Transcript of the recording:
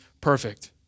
perfect